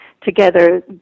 together